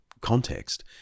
context